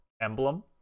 emblem